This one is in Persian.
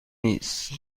نیست